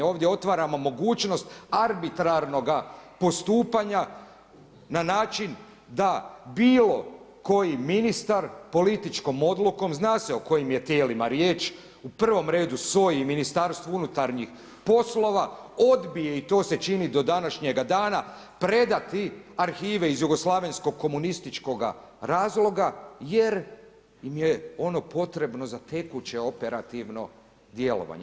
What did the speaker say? Ovdje otvaramo mogućnost arbitrarnoga postupanja na način da bilo koji ministar političkom odlukom, zna se o kojim tijelima je riječ u prvom redu SOA-i i Ministarstvu unutarnjih poslova odbije i to se čini do današnjega dana predati arhive iz jugoslavenskog komunističkoga razloga jer im je ono potrebno za tekuće operativno djelovanje.